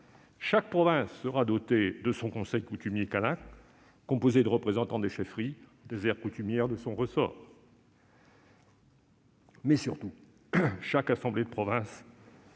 Chaque province sera dotée de son conseil coutumier kanak, composé de représentants des chefferies des aires coutumières de son ressort. Surtout, chaque assemblée de province sera